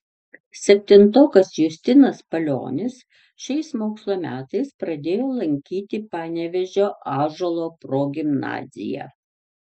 septintokas justinas palionis šiais mokslo metais pradėjo lankyti panevėžio ąžuolo progimnaziją